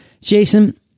Jason